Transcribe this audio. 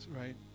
right